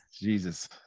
Jesus